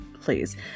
please